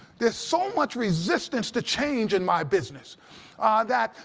there's so much resistance to change in my business that,